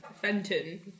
Fenton